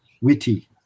witty